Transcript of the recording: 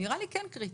שנראה לי כן קריטי.